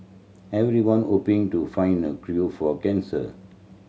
everyone hoping to find the for cancer